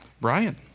Brian